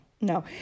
no